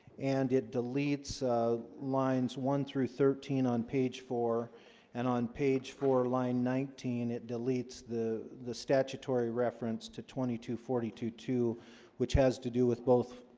and it deletes lines one through thirteen on page four and on page four line nineteen it the the statutory reference to twenty two forty two two which has to do with both